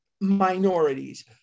minorities